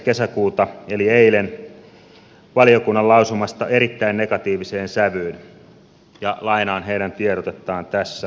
kesäkuuta eli eilen valiokunnan lausumasta erittäin negatiiviseen sävyyn ja lainaan heidän tiedotettaan tässä